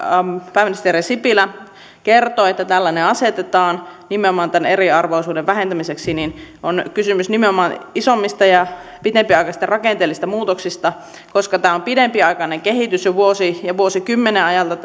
pääministeri sipilä kertoi että tällainen asetetaan nimenomaan tämän eriarvoisuuden vähentämiseksi on kysymys nimenomaan isommista ja pidempiaikaisista rakenteellisista muutoksista koska tämä huono osaisuuden lisääntyminen on pidempiaikainen kehitys jo vuosien ja vuosikymmenen ajalta